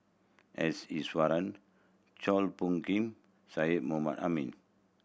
S Iswaran Chua Phung Kim Syed Mohamed Ahmed